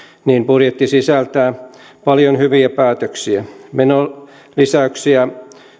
niin budjetti sisältää paljon hyviä päätöksiä menolisäyksiä